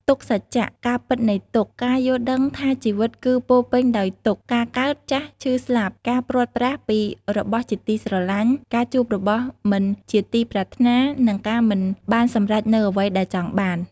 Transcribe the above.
ទុក្ខសច្ចៈ ការពិតនៃទុក្ខ ការយល់ដឹងថាជីវិតគឺពោរពេញដោយទុក្ខ ការកើត ចាស់ ឈឺ ស្លាប់ ការព្រាត់ប្រាសពីរបស់ជាទីស្រឡាញ់ ការជួបរបស់មិនជាទីប្រាថ្នា និងការមិនបានសម្រេចនូវអ្វីដែលចង់បាន។